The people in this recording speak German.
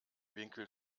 winkel